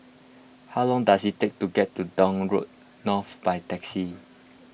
how long does it take to get to Dock Road North by taxi